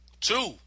Two